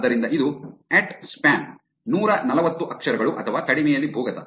ಆದ್ದರಿಂದ ಇದು spam spam ನೂರ ನಲವತ್ತು ಅಕ್ಷರಗಳು ಅಥವಾ ಕಡಿಮೆಯಲ್ಲಿ ಭೂಗತ